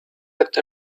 looked